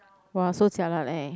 !wah! so jialat leh